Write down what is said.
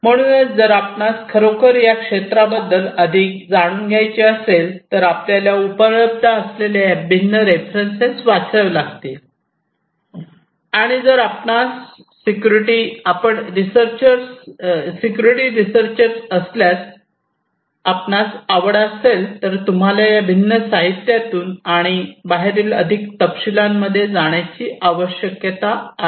म्हणूनच जर आपणास खरोखर या क्षेत्राबद्दल अधिक जाणून घ्यायचे असेल तर आपल्याला उपलब्ध असलेल्या या भिन्न रेफरन्स वाचावे लागतील आणि जर आपणास सिक्युरिटी रिसर्चर असल्यास आपणास आवड असेल तर तुम्हाला या भिन्न साहित्यातून आणि बाहेरील अधिक तपशीलमध्ये जाण्याची आवश्यकता आहे